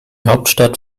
hauptstadt